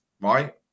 Right